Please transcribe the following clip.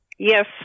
Yes